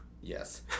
Yes